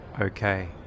Okay